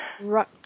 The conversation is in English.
right